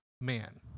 man